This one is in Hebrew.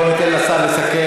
בואו ניתן לשר לסכם.